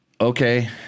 okay